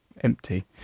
empty